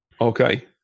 Okay